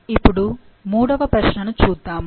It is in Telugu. ఇప్పుడు మూడవ ప్రశ్నను చూద్దాము